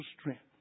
strength